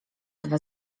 dwa